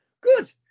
Good